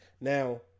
now